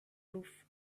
roof